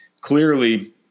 clearly